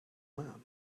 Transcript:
man